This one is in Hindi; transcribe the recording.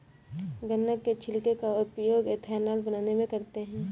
गन्ना के छिलके का उपयोग एथेनॉल बनाने में करते हैं